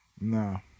No